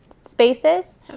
spaces